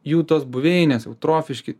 jų tos buveinės eutrofiški